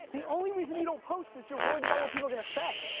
the only reason you don't post is you're worried about what people are gonna say.